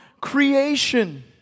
creation